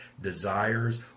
desires